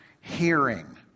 Hearing